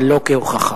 אבל לא כהוכחה.